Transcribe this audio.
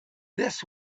this